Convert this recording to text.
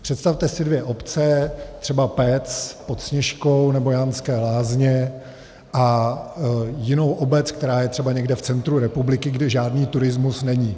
Představte si dvě obce, třeba Pec pod Sněžkou nebo Janské Lázně, a jinou obec, která je třeba někde v centru republiky, kde žádný turismus není.